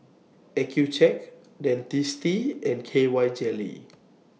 Accucheck Dentiste and K Y Jelly